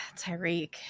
Tyreek